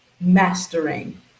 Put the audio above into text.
mastering